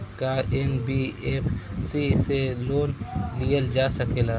का एन.बी.एफ.सी से लोन लियल जा सकेला?